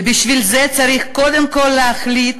ובשביל זה צריך קודם כול להחליט: